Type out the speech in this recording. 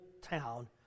town